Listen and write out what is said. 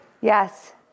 Yes